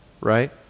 right